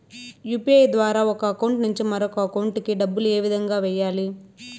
UPI ద్వారా ఒక account నుంచి మరొక అకౌంట్ కి డబ్బులు ఏ విధంగా వెయ్యాలి